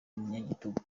umunyagitugu